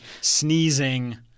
sneezing